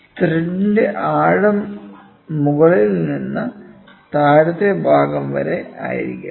ത്രെഡിന്റെ ആഴം മുകളിൽ നിന്ന് താഴത്തെ ഭാഗം വരെ ആയിരിക്കും